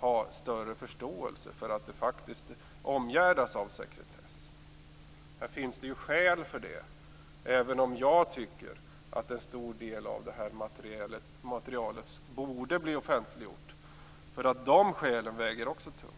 ha en större förståelse för att denna fråga faktiskt omgärdas av sekretess. Här finns det skäl för det, även om jag tycker att en stor del av materialet borde bli offentliggjort. De skälen väger också tungt.